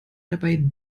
dabei